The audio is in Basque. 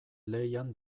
lehian